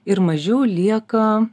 ir mažiau lieka